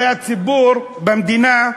הרי הציבור במדינה,